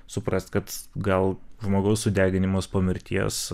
suprast kad gal žmogaus sudeginimas po mirties